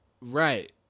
Right